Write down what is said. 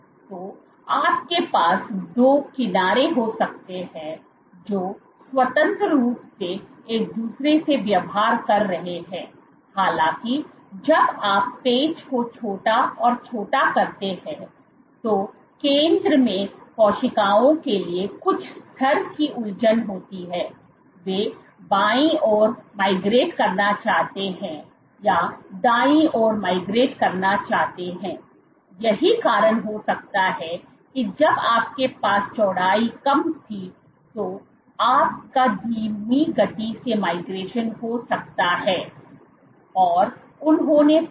तो आपके पास दो किनारे हो सकते हैं जो स्वतंत्र रूप से एक दूसरे से व्यवहार कर रहे हैं हालाँकि जब आप पैच को छोटा और छोटा करते हैं तो केंद्र में कोशिकाओं के लिए कुछ स्तर की उलझन होती है वे बाईं ओर माइग्रेट करना चाहते हों या दाईं ओर माइग्रेट करना चाहते हों यही कारण हो सकता है कि जब आपके पास चौड़ाई कम थी तो आपका धीमी गति से माइग्रेशन हो सकता है यह इन्होंने पाया